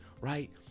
right